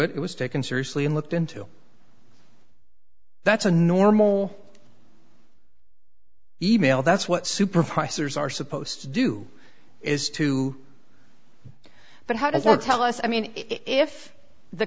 into it was taken seriously and looked into that's a normal e mail that's what supervisors are supposed to do is to but how does it tell us i mean if the